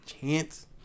chance